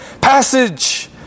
passage